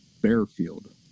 Bearfield